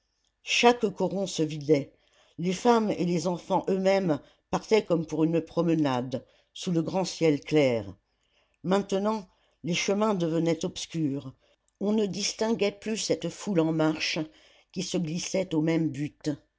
chaque coron se vidait les femmes et les enfants eux-mêmes partaient comme pour une promenade sous le grand ciel clair maintenant les chemins devenaient obscurs on ne distinguait plus cette foule en marche qui se glissait au même but